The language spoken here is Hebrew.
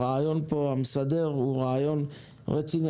הרעיון המסדר פה הוא רעיון רציני.